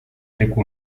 leku